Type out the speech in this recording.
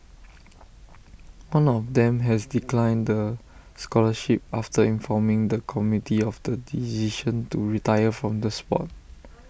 one of them has declined the scholarship after informing the committee of the decision to retire from the Sport